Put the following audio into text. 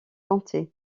compter